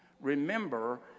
remember